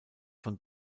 von